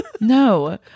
No